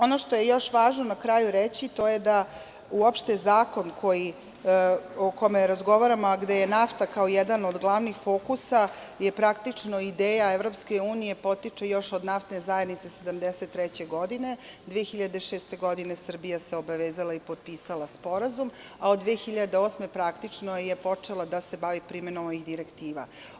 Ono što je još važno na kraju reći, to je da uopšte zakon o kome razgovaramo, a gde je nafta kao jedan od glavnih fokusa, je praktično ideja Evropske unije, potiče još od naftne zajednice 1973. godine, 2006. godine Srbija se obavezala i potpisala Sporazuma, a od 2008. godine je praktično počela da se bavi primenom ovih direktiva.